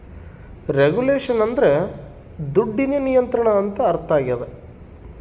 regulation ಅಂದ್ರೆ ದುಡ್ಡಿನ ನಿಯಂತ್ರಣ ಅಂತ ಅರ್ಥ ಆಗ್ಯದ